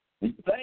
Thank